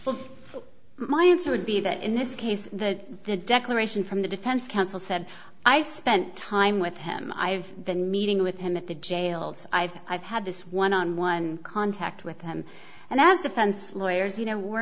motion my answer would be that in this case that the declaration from the defense counsel said i've spent time with him i've been meeting with him in the jails i've i've had this one on one contact with him and as defense lawyers you know we're